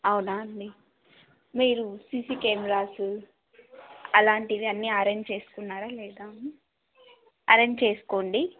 అవునా అండి మీరు సిసీ కెమెరాసు అలాంటివి అన్నీ అరేంజ్ చేసుకున్నారా లేదా అరేంజ్ చేసుకోండి